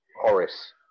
Horace